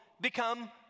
become